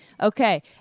Okay